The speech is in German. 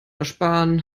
ersparen